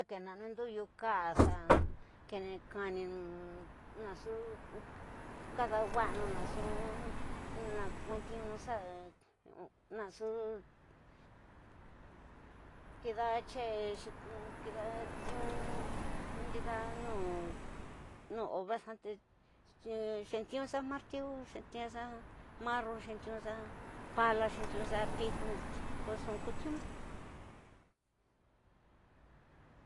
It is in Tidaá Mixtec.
Dakena nduyu kaá, xa, kene kani nxu kadawaxanu, nxu kuentiunu nxu, nxu kide ñxe, xa kida tiyi ndida ñu obra xa te xentiunu xa martiu. Xentiunu xa marco xentiunxa pixu, xentiunxa pala ko nxu ku tyilu.